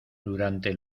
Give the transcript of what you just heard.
durante